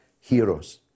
heroes